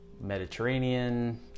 Mediterranean